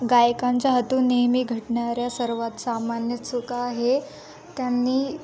गायकांच्या हातून नेहमी घडणाऱ्या सर्वात सामान्य चुका आहे त्यांनी